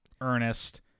Ernest